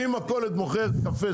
אם מכולת מוכרת קפה,